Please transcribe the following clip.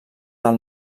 del